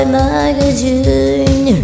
magazine